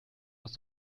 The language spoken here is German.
aufs